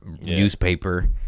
newspaper